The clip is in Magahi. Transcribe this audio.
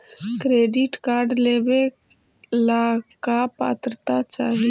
क्रेडिट कार्ड लेवेला का पात्रता चाही?